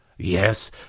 Yes